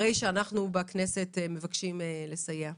הרי שאנחנו בכנסת מבקשים לסייע.